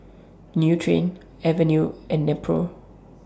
Nutren Avene and Nepro